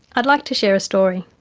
i'd like to share a story.